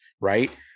right